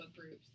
groups